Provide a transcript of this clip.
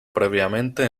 previamente